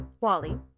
Wally